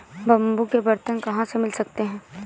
Bamboo के बर्तन कहाँ से मिल सकते हैं?